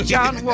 John